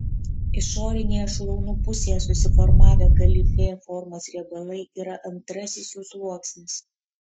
išorinėje šlaunų pusėje susiformavę galifė formos riebalai yra antrasis jų sluoksnis